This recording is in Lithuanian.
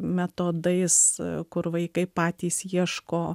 metodais kur vaikai patys ieško